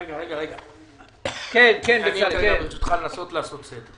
רגע, ברשותך, אנסה לעשות סדר.